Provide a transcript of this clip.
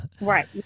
Right